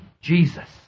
Jesus